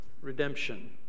redemption